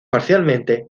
parcialmente